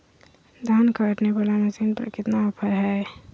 धान काटने वाला मसीन पर कितना ऑफर हाय?